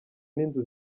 n’inzu